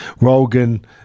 Rogan